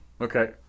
Okay